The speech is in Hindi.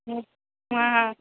हाँ हाँ